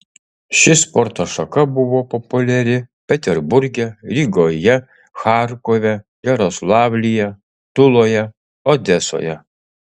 ši sporto šaka buvo populiari peterburge rygoje charkove jaroslavlyje tuloje odesoje